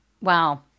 Wow